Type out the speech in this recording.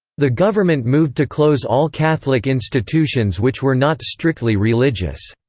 the government moved to close all catholic institutions which were not strictly religious.